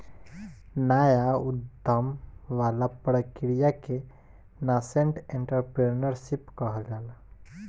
नाया उधम वाला प्रक्रिया के नासेंट एंटरप्रेन्योरशिप कहल जाला